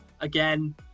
Again